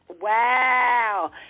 Wow